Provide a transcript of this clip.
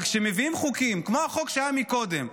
וכשמביאים חוקים כמו החוק שהיה קודם,